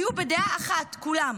היו בדעה אחת כולם.